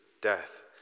death